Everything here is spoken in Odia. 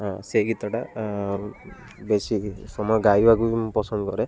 ହଁ ସେଇ ଗୀତଟା ବେଶୀ ସମୟ ଗାଇବାକୁ ବି ମୁଁ ପସନ୍ଦ କରେ